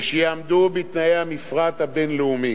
ושיעמדו בתנאי המפרט הבין-לאומי.